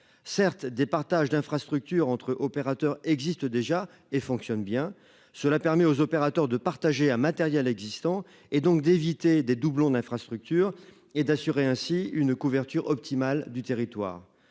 certes des partages d'infrastructures entre opérateurs existe déjà et fonctionne bien, cela permet aux opérateurs de partager à matériel existant et donc d'éviter des doublons d'infrastructures et d'assurer ainsi une couverture optimale du territoire.